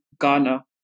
Ghana